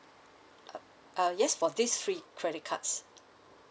uh ah yes for these three credit cards